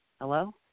hello